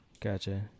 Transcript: Gotcha